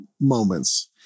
moments